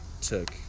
took